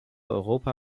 europa